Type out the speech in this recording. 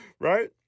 right